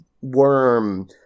worm